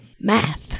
Math